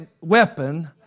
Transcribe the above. weapon